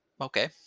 Okay